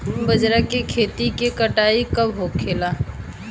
बजरा के खेती के कटाई कब होला?